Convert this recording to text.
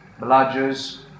bludgers